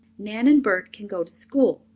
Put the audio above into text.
nan and bert can go to school,